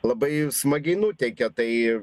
labai smagiai nuteikia tai